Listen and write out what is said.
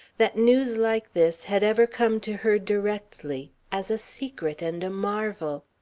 that news like this had ever come to her directly, as a secret and a marvel.